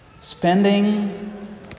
Spending